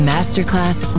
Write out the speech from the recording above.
Masterclass